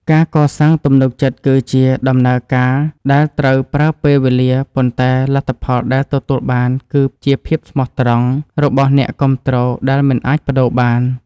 ការកសាងទំនុកចិត្តគឺជាដំណើរការដែលត្រូវប្រើពេលវេលាប៉ុន្តែលទ្ធផលដែលទទួលបានគឺជាភាពស្មោះត្រង់របស់អ្នកគាំទ្រដែលមិនអាចប្តូរបាន។